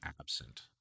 absent